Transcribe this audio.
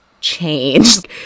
changed